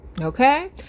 okay